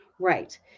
Right